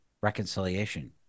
reconciliation